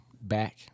back